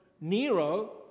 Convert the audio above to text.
Nero